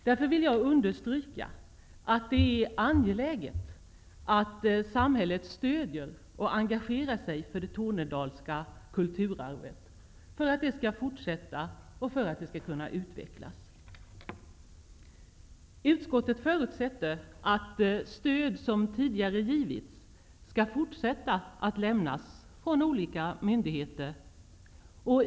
Därför vill jag understryka att det är angeläget att samhället stöder och engagerar sig för det tornedalska kulturarvet och för att det skall kunna utvecklas. Utskottet förutsätter att stöd som tidigare givits från olika myndigheter skall fortsätta att lämnas.